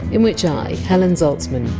in which i, helen zaltzman,